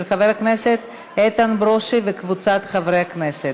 של חבר הכנסת איתן ברושי וקבוצת חברי הכנסת.